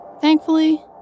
Thankfully